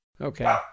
Okay